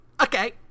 Okay